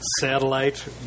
satellite